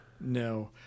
no